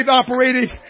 operating